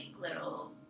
little